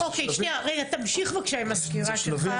סליחה, תמשיך, בבקשה, עם הסקירה שלך.